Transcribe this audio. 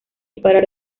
disparar